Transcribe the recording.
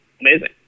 amazing